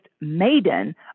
Maiden